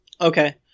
okay